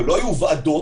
הרי לא היו ועדות,